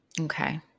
Okay